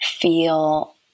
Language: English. feel